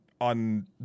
on